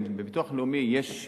בביטוח הלאומי יש,